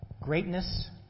greatness